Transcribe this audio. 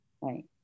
right